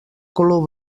color